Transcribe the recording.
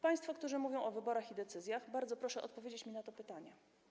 Państwo, którzy mówią o wyborach i decyzjach - bardzo proszę odpowiedzieć mi na to pytanie.